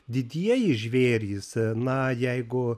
didieji žvėrys na jeigu